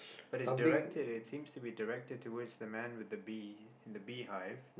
but it's directed it seems to be directed towards the man with a bee in the bee hive